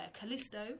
Callisto